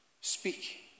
speak